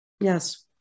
yes